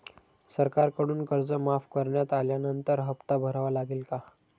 सरकारकडून कर्ज माफ करण्यात आल्यानंतर हप्ता भरावा लागेल का?